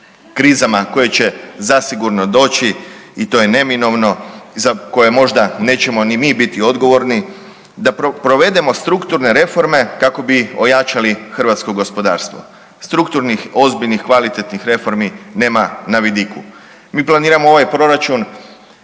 krizama koje će zasigurno doći i to je neminovno, za koje možda nećemo ni mi biti odgovorni da provedemo strukturne reforme kako bi ojačali hrvatsko gospodarstvo. Strukturnih ozbiljnih, kvalitetnih reformi nema na vidiku. Mi planiramo ovaj proračun